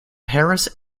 paris